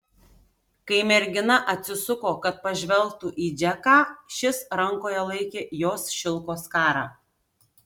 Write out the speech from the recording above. kai mergina atsisuko kad pažvelgtų į džeką šis rankoje laikė jos šilko skarą